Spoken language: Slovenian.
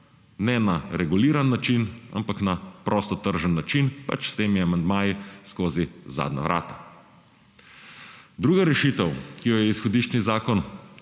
ne na reguliran način, ampak na prostotržni način, pač s temi amandmaji skozi zadnja vrata. Druga rešitev, ki jo je izhodiščni zakon